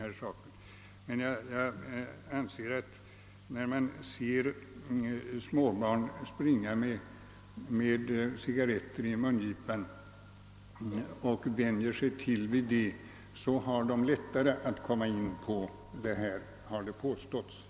Jag vill emellertid framhålla att när man ser småbarn springa med cigarretten i mungipan och att de vänjer sig vid det, kan man förstå att de har lättare att bli narkomaner, vilket har påståtts.